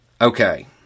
Okay